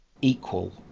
equal